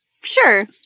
sure